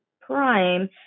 prime